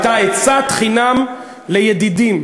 הייתה עצת חינם לידידים.